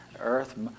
earth